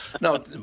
No